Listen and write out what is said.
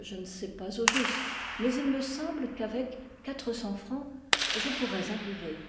je ne sais pas au juste mais il me semble qu'avec quatre cents francs je pourrais arriver